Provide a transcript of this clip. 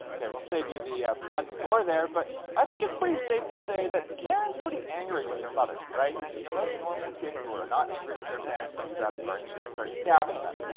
ok, we'll save you the blood and gore there. but i think it's pretty safe to say that karen's pretty angry with her mother, right? most normal kids who are not angry with their parents don't grab a garden shear and start stabbing them.